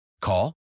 Call